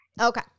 Okay